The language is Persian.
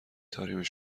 طارمی